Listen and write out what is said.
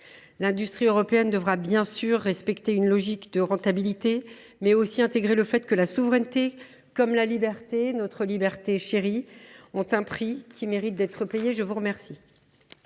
L’industrie européenne devra bien sûr respecter une logique de rentabilité, mais aussi intégrer le fait que la souveraineté, comme la liberté – notre liberté chérie –, a un prix qui mérite d’être payé. La parole